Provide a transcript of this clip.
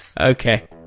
okay